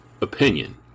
opinion